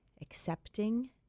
accepting